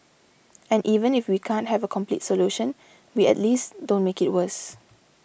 and even if we can't have a complete solution we at least don't make it worse